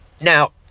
Now